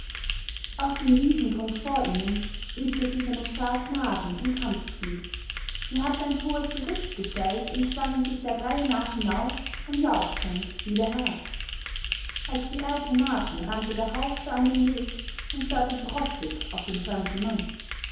auf dem wiesengrund vor ihnen übte sich eine schar knaben im kampfspiel sie hatten ein hohes gerüst gestellt und schwangen sich der reihe nach hinauf und jauchzend wieder herab als die reiter nahten rannte der haufe an den weg und starrte trotzig auf den fremden mann